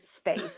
space